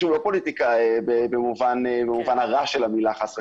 שוב, לא פוליטיקה במובן הרע של המילה חס וחלילה.